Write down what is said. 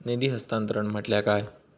निधी हस्तांतरण म्हटल्या काय?